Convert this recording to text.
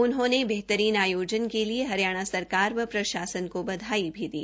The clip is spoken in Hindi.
उन्होंने बेहतरीन आयोजन के लिए हरियाणा सरकार व प्रशासन को बधाई भी दी